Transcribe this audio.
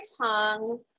tongue